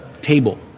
table